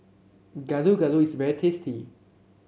Gado Gado is very tasty